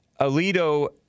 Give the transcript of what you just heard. Alito